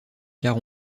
car